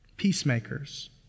peacemakers